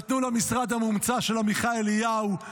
נתנו למשרד המומצא של עמיחי אליהו,